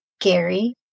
Gary